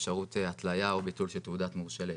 ואפשרות התליה או ביטול של תעודת מורשה להיתר,